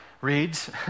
reads